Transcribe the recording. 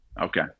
Okay